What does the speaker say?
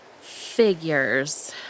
figures